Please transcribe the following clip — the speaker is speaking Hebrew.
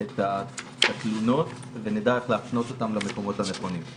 את התלונות ונדע איך להפנות אותם למקומות הנכונים.